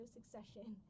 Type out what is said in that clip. Succession